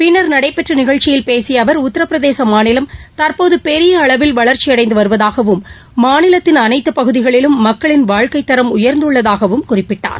பின்னர் நடைபெற்ற நிகழ்ச்சியில் பேசிய அவர் உத்தரபிரதேச மாநிலம் தற்போது பெரிய அளவில் வளர்ச்சியடைந்து வருவதாகவும் மாநிலத்தின் அனைத்து பகுதிகளிலும் மக்களின் வாழ்க்கைத்தரம் உயர்ந்துள்ளதாக குறிப்பிட்டார்